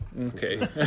Okay